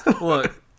Look